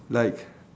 like